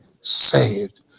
saved